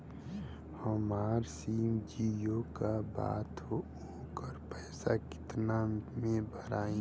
हमार सिम जीओ का बा त ओकर पैसा कितना मे भराई?